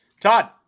Todd